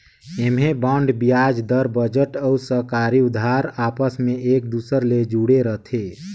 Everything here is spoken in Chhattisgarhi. ऐम्हें बांड बियाज दर, बजट अउ सरकारी उधार आपस मे एक दूसर ले जुड़े रथे